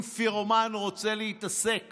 אם פירומן רוצה להתעסק